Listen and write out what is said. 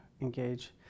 engage